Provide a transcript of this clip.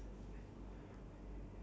to earn and to survive ya